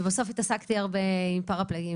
ובסוף התעסקתי הרבה עם פרפלגים,